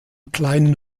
kleinen